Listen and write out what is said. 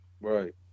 Right